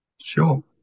Sure